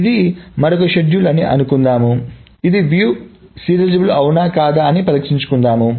కాబట్టి ఇది మరొక షెడ్యూల్ అని అనుకుందాం ఇది వీక్షణ సీరియలైజబుల్ అవునా కాదా అని పరీక్షించుకుందాం